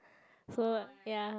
so ya